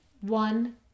one